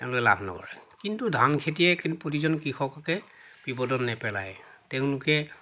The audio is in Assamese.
তেওঁলোকে লাভ নকৰে কিন্তু ধান খেতিয়ে কিন্তু প্ৰতিজন কৃষককে বিপদত নেপেলায় তেওঁলোকে